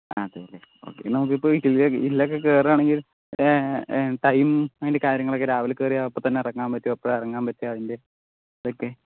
അതെല്ലെ ഒക്കെ നമുക്ക് ഇപ്പോൾ ഇതിലൊക്കെ കയറുകയാണെന്ന് ഉണ്ടെങ്കിൽ ടൈം കാര്യങ്ങളൊക്കെ രാവിലെ കയറിയാൽ അപ്പോൾ തന്നെ ഇറങ്ങാൻ പറ്റുമൊ എപ്പോഴാണ് ഇറങ്ങാൻ പറ്റുക അതിൻ്റെ ഇതൊക്കെ